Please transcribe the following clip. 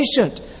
patient